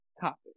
topic